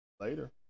Later